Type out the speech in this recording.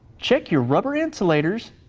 check your rubber insulators,